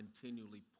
continually